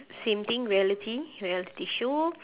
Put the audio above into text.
same thing reality reality show